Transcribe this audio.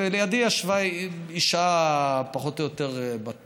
ולידי ישבה אישה פחות או יותר בת 35,